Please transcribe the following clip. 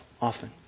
often